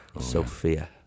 Sophia